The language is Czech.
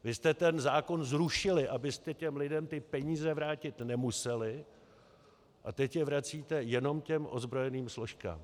Vy jste ten zákon zrušili, abyste lidem ty peníze vrátit nemuseli, a teď je vracíte jenom ozbrojeným složkám.